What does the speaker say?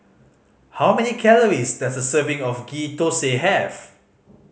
how many calories does a serving of Ghee Thosai have